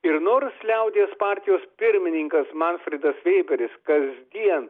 ir nors liaudies partijos pirmininkas manfredas vėberis kasdien